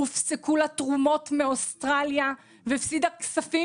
למדינת ישראל הופסקו תרומות מאוסטרליה והיא הפסידה כספים